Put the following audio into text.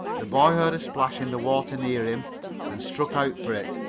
the boy heard a splash in the water near him and struck out for it.